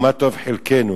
מה טוב חלקנו